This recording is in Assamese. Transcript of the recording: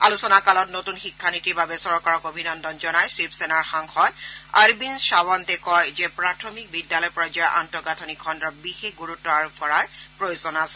আলোচনাকালত নতুন শিক্ষানীতিৰ বাবে চৰকাৰক অভিনন্দন জনাই শিৱসেনাৰ সাংসদ অৰবিন্দ সাৱন্তে কয় যে প্ৰাথমিক বিদ্যালয় পৰ্যায়ৰ আন্তঃগাঁথনি খণ্ডৰ বিশেষ গুৰুত্ব আৰোপ কৰাৰ প্ৰয়োজন আছে